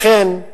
לכן,